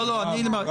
אל תגיד "לעולם לא".